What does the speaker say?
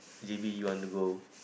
J_B you want to go